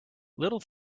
little